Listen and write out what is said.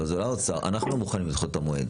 לא, זה לא האוצר, אנחנו לא מוכנים לדחות את המועד.